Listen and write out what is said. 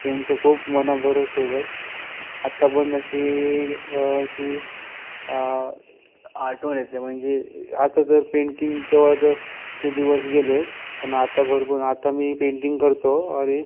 त्यांचं खूप आत्ता पण अशी अशी आठवण येते म्हणजे आता जर पेंटिंग तेव्हाचं ते दिवस गेले पण आत्ता भरपूर आत्ता मी पेंटिंग करतो आणि